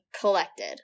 collected